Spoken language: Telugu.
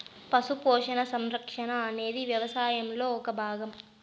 పశు పోషణ, సంరక్షణ అనేది వ్యవసాయంలో ఒక భాగం